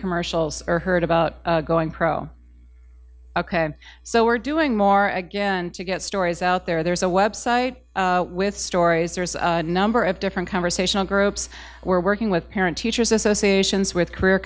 commercials or heard about going pro ok so we're doing more again to get stories out there there's a website with stories there's a number of different conversational groups we're working with parent teaches associations with career